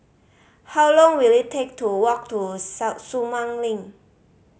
how long will it take to walk to Sumang Link